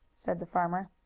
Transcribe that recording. said the farmer.